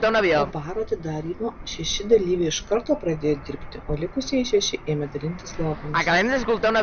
po baro atidarymo šeši dalyviai iš karto pradėjo dirbti o likusieji šeši ėmė dalintis lovomis